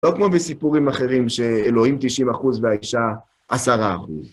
לא כמו בסיפורים אחרים שאלוהים 90% והאישה 10%.